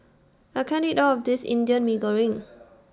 I can't eat All of This Indian Mee Goreng